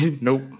Nope